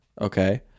Okay